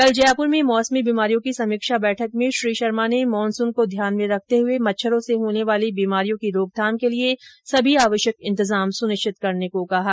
कल जयपुर में मौसमी बीमारियों की समीक्षा बैठक में श्री शर्मा ने मानसून को ध्यान में रखते हुए मच्छरों से होने वाली बीमारियों की रोकथाम के लिये सभी आवश्यक इंतजाम सुनिश्चित करने के निर्देश दिये